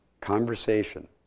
conversation